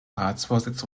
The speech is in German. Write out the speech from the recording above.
ratsvorsitz